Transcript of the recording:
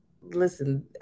Listen